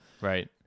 Right